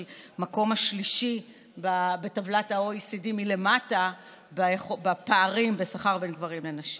במקום השלישי בטבלת ה-OECD מלמטה בפערים בשכר בין גברים לנשים.